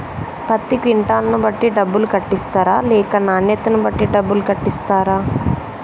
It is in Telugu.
పత్తి క్వింటాల్ ను బట్టి డబ్బులు కట్టిస్తరా లేక నాణ్యతను బట్టి డబ్బులు కట్టిస్తారా?